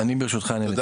תודה.